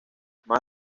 más